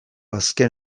azken